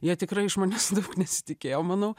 jie tikrai iš manęs daug nesitikėjo manau